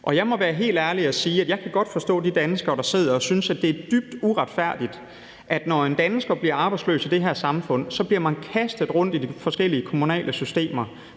Jeg må være helt ærlig og sige, at jeg kan godt forstå de danskere, der sidder og synes, at det er dybt uretfærdigt, at når en dansker blive arbejdsløs i det her samfund, bliver man kastet rundt i de forskellige kommunale systemer,